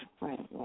Right